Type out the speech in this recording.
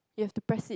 you have to press it